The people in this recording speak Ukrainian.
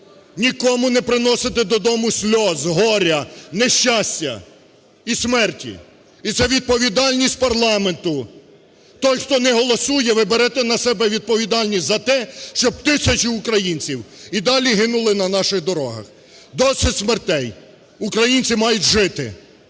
нікому не приносити додому сліз, горя, нещастя і смерті. І це відповідальність парламенту. Той, хто не голосує, ви берете на себе відповідальність за те, щоб тисячі українців і далі гинули на наших дорогах. Досить смертей! Українці мають жити!